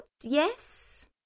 yes